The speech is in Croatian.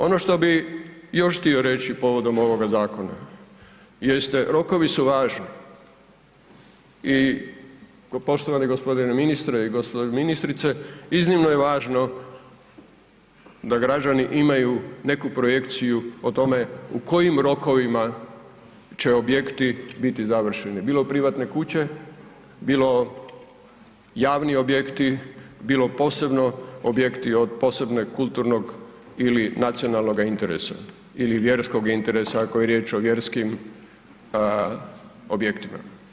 Ono što bi još htio reći povodom ovog zakona jeste rokovi su važni i poštovani g. ministre i gđo. ministrice iznimno je važno da građani imaju nekakvu projekciju o tome u kojim rokovima će objekti biti završeni, bilo privatne kuće, bilo javni objekti, bilo posebno objekti od posebno kulturnog ili nacionalnog interesa ili vjerskog interesa ako je riječ o vjerskim objektima.